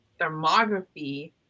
thermography